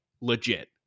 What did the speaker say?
legit